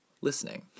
listening